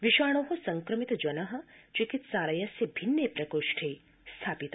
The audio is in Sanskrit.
विषाणो संक्रमित जन चिकित्सालयस्य भिन्ने प्रकोष्ठे स्थापित